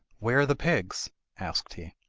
where are the pigs asked he.